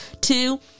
two